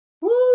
Woo